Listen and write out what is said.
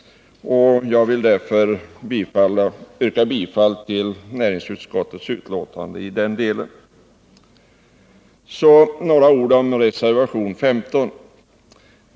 Jag vill därför yrka bifall till denna del av näringsutskottets hemställan i betänkandet.